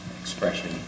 expression